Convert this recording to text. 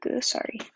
sorry